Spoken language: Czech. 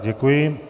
Děkuji.